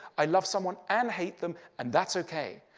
i love someone and hate them and that's okay.